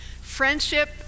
Friendship